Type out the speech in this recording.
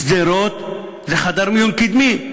שדרות זה חדר מיון קדמי.